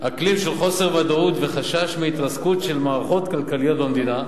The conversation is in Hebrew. אקלים של חוסר ודאות וחשש מהתרסקות של מערכות כלכליות במדינה,